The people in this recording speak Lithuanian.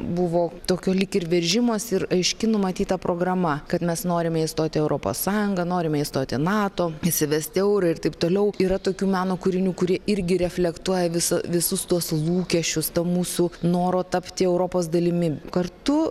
buvo tokio lyg ir veržimosi ir aiški numatyta programa kad mes norime įstoti į europos sąjungą norime įstoti į nato įsivesti eurą ir taip toliau yra tokių meno kūrinių kurie irgi reflektuoja visa visus tuos lūkesčius to mūsų noro tapti europos dalimi kartu